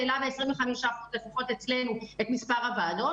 זה העלה לפחות ב-25% את מספר הוועדות,